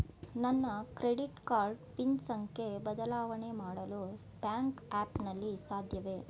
ನನ್ನ credit card pin ಸಂಖ್ಯೆ ಬದಲಾವಣೆ ಮಾಡಲು ಬ್ಯಾಂಕ್ ಆ್ಯಪ್ ನಲ್ಲಿ ಸಾಧ್ಯವೇ?